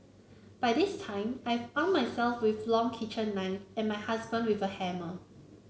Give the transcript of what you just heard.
by this time I've arm myself with a long kitchen knife and my husband with a hammer